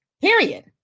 period